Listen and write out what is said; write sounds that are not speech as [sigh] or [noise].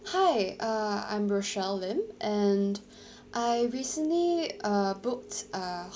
hi uh I'm rochelle lim and [breath] I recently uh booked uh